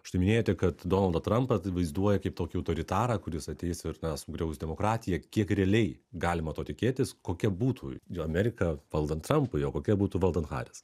štai minėjote kad donaldą trampą vaizduoja kaip tokį autoritarą kuris ateis ir na sugriaus demokratiją kiek realiai galima to tikėtis kokia būtų amerika valdant trampui o kokia būtų valdant haris